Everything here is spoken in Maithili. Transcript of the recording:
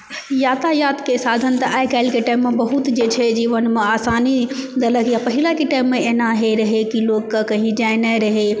यातायातके साधन तऽ आइ काल्हिके टाइममे बहुत जे छै जीवनमे आसानी देल रहियै पहिलेके टाइममे एना होइ रहै की लोकके कही जेनाइ रहै